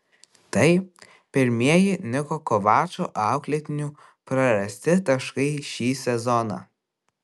tai pirmieji niko kovačo auklėtinių prarasti taškai šį sezoną